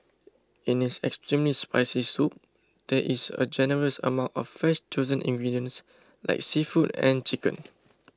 in its extremely spicy soup there is a generous amount of fresh chosen ingredients like seafood and chicken